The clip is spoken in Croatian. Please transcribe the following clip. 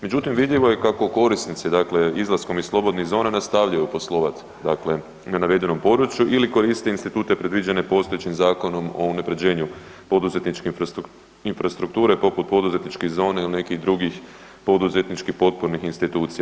Međutim, vidljivo je kako korisnici dakle izlaskom iz slobodnih zona nastavljaju poslovati dakle na navedenom području ili koriste institute predviđene postojećim Zakonom o unapređenju poduzetničke infrastrukture poput poduzetničke zone ili nekih drugih poduzetničkih potpornih institucija.